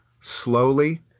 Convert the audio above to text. slowly